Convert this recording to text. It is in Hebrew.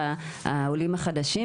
אתה הסדרת את זה באיזשהם תקנות דרך הכנסת,